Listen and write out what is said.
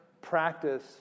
practice